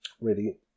ready